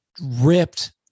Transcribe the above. ripped